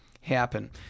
happen